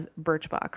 Birchbox